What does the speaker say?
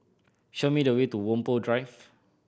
show me the way to Whampoa Drive